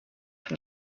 from